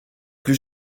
plus